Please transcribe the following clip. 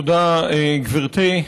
תודה, גברתי.